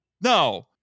No